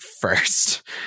first